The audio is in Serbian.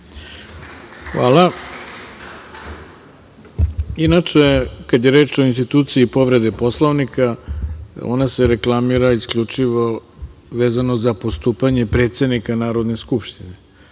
Hvala. Inače, kada je reč o instituciji povrede Poslovnika, ona se reklamira isključivo vezano za postupanje predsednika Narodne skupštine,